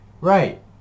Right